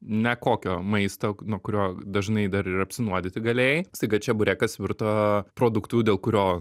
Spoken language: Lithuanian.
nekokio maisto nuo kurio dažnai dar ir apsinuodyti galėjai staiga čeburekas virto produktu dėl kurio